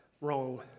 Wrong